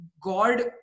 God